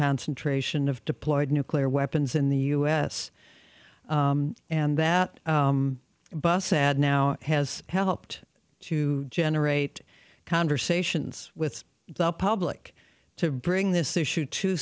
concentration of deployed nuclear weapons in the u s and that bus ad now has helped to generate conversations with the public to bring this issue to